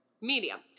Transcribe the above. Medium